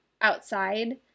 outside